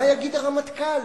מה יגיד הרמטכ"ל,